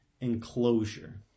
enclosure